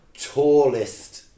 tallest